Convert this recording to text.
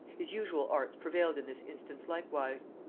his usual arts prevailed in this instance likewise.